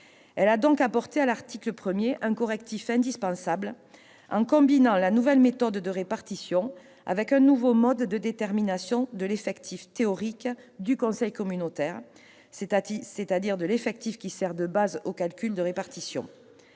Elle a donc apporté à l'article 1 un correctif indispensable, en combinant la nouvelle méthode de répartition avec un nouveau mode de détermination de l'effectif théorique du conseil communautaire, c'est-à-dire de l'effectif qui sert de base aux calculs de répartition.